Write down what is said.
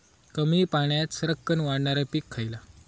कमी पाण्यात सरक्कन वाढणारा पीक खयला?